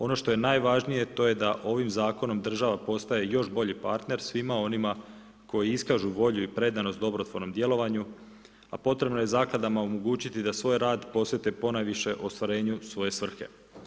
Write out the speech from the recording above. Ono što je najvažnije, to je da država postaje još bolji partner svima onima koji iskažu volju i predanost dobrotvornom djelovanju, a potrebno je zakladama omogućiti da svoj rad posjete ponajviše ostvarenju svoje svrhe.